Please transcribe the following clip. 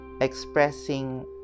expressing